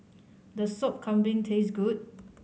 does Sop Kambing taste good